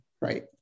right